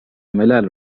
ملل